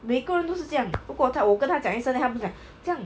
每个人都是这样如果在我跟他讲一声他不是这样